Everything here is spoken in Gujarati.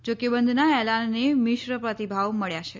જો કે બંધના એલાનને મિશ્ર પ્રતિભાવ મલ્યા છે